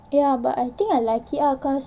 ya but I think I like it ah cause